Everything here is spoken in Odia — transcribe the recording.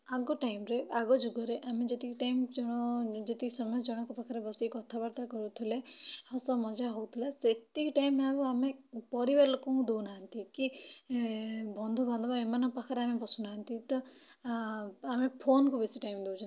ଆଗ ଟାଇମ୍ ରେ ଆଗ ଯୁଗରେ ଆମେ ଯେତିକି ଟାଇମ୍ ଯେତିକି ସମୟ ଜଣକ ପାଖେରେ ବସିକି କଥାବାର୍ତ୍ତା କରୁଥିଲେ ହସ ମଜା ହେଉଥିଲା ସେତିକି ଟାଇମ୍ ଆଉ ଆମେ ପରିବାର ଲୋକଙ୍କୁ ଦେଉନାହାନ୍ତି କି ବନ୍ଧୁ ବାନ୍ଧବ ଏମାନଙ୍କ ପାଖେରେ ଆମେ ବସୁ ନାହାନ୍ତି ତ ଆ ଆମେ ଫୋନ୍ କୁ ବେଶି ଟାଇମ୍ ଦେଉଛନ୍ତି